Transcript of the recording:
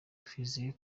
twizeye